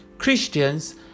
Christians